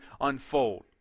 unfold